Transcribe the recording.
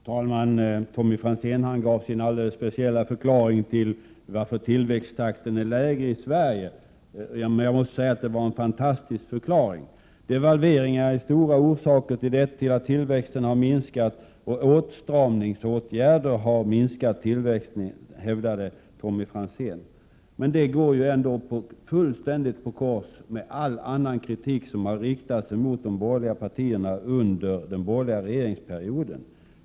Fru talman! Tommy Franzén gav sin alldeles speciella förklaring till att tillväxttakten är lägre i Sverige än i andra länder. Jag måste säga att det var en fantastisk förklaring. Borgerliga regeringar var stor orsak till att tillväxten minskat, och åtstramningsåtgärder har minskat tillväxten, hävdade Tommy Franzén. Det går ju fullständigt på kors mot all annan kritik som har riktats mot den politik som fördes under den borgerliga regeringsperioden.